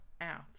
out